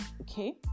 okay